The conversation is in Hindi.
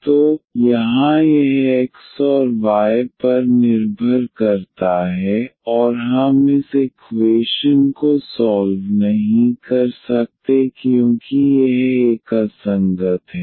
तो यहां यह x और y पर निर्भर करता है और हम इस इक्वेशन को सॉल्व नहीं कर सकते क्योंकि यह एक असंगत है